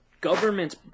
government